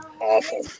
Awful